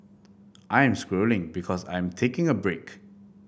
I am scrolling because I am taking a break